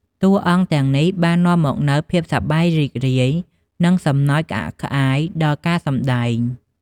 តួអង្គទាំងនេះបាននាំមកនូវភាពសប្បាយរីករាយ និងសំណើចក្អាកក្អាយដល់ការសម្តែង។